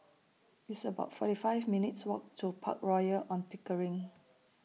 It's about forty five minutes' Walk to Park Royal on Pickering